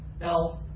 Now